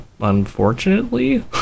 unfortunately